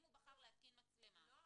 אם הוא בחר להתקין מצלמה --- לא,